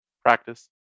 Practice